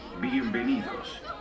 Bienvenidos